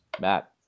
Matt